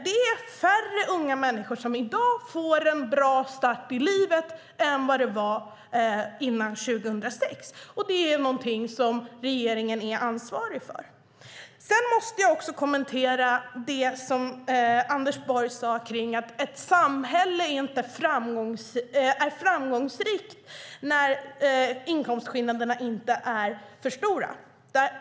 Det är i dag färre unga människor som får en bra start i livet än det var före 2006. Och det är någonting som regeringen är ansvarig för. Jag måste också kommentera det som Anders Borg sade om att ett samhälle är framgångsrikt när inkomstskillnaderna inte är för stora.